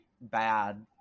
bad